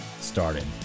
started